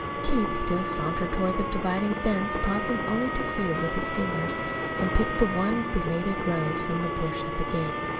keith still sauntered toward the dividing fence, pausing only to feel with his fingers and pick the one belated rose from the bush at the gate.